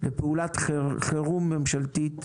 לפעולת חירום ממשלתית